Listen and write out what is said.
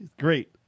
Great